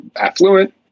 affluent